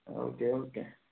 okay okay